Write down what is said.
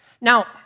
Now